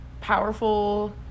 powerful